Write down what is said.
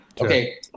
Okay